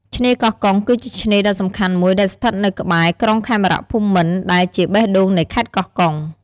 ឆ្នេរកោះកុង គឺជាឆ្នេរដ៏សំខាន់មួយដែលស្ថិតនៅក្បែរ ក្រុងខេមរភូមិន្ទ ដែលជាបេះដូងនៃខេត្តកោះកុង។